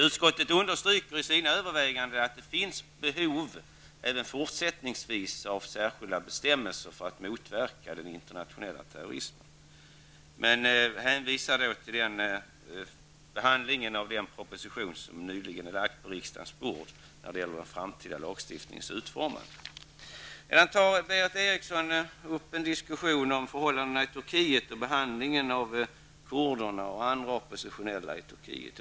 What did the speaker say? Utskottet understryker i sina överväganden att det även fortsättningsvis finns behov av särskilda bestämmelser för att motverka den internationella terrorismen, men hänvisar till behandlingen av den proposition om den framtida lagstiftningens utformning som nu lagts på riksdagens bord. Berith Eriksson tar upp en diskussion om förhållandena i Turkiet och behandlingen av kurderna och andra oppositionella i Turkiet.